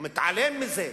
הוא מתעלם מזה.